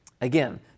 Again